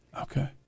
Okay